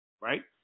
right